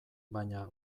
baina